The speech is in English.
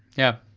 yeah,